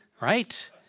Right